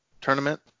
tournament